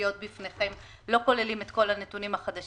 שמופיעות בפניכם לא כוללות את כל הנתונים החדשים,